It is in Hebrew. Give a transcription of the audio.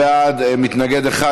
מארנונה למוסד מתנדב לשירות הציבור),